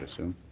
assume?